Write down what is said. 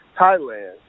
Thailand